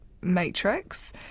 matrix